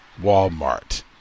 Walmart